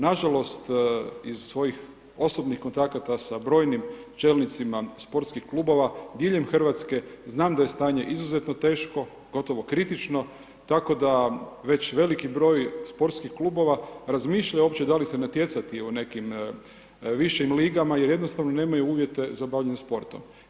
Nažalost, iz svojih osobnih kontakata sa brojnim čelnicima sportskih klubova diljem Hrvatske, znam da je stanje izuzetno teško, gotovo kritično, tako da već veliki broj sportskih klubova razmišljaju uopće da li se natjecati u nekim višim ligama jer jednostavno nemaju uvjete za bavljenje sportom.